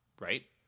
right